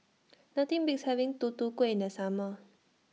Nothing Beats having Tutu Kueh in The Summer